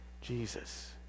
jesus